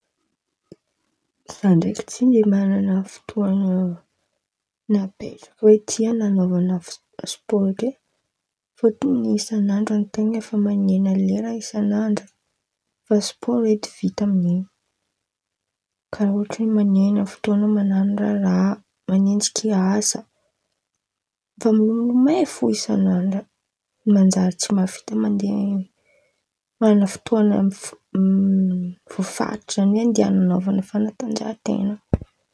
Za ndraiky tsy de man̈ana fotoan̈a napetraka oe ity ananaovan̈a spaoro eky fôtiny isan'andra an-ten̈a efa man̈ena lera isan'andra efa spaoro edy vita amin̈'iny, karàha ôhatra oe man̈ena fotoan̈a man̈ano raharaha, man̈enjiky asa, efa milomolomay fo isan'andra manjary tsy mavita mandeha man̈ana fotoan̈a voafaritra zan̈y oe andehana ananaovan̈a fanatanjahanten̈a.